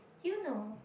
you know